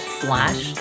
slash